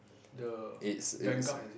the vanguard is it